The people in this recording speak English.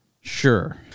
Sure